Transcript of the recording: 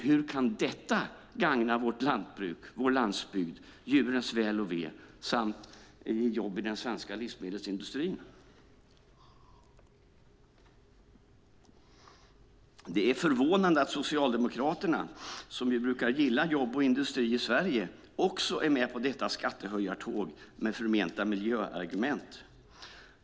Hur kan detta gagna vårt lantbruk, vår landsbygd, djurens väl och ve samt jobb i den svenska livsmedelsindustrin? Det är förvånande att Socialdemokraterna, som ju brukat gilla jobb och industri i Sverige, är med på detta skattehöjartåg, med förmenta miljöargument.